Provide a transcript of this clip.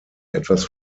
etwas